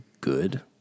good